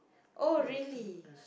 oh really